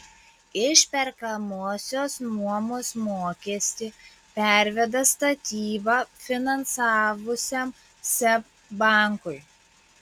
išperkamosios nuomos mokestį perveda statybą finansavusiam seb bankui